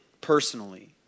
personally